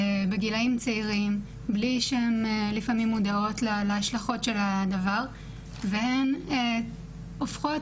בגילאים צעירים בלי שהן לפעמים מודעות להשלכות של הדבר והן הופכות